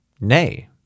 Nay